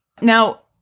Now